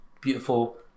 beautiful